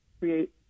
create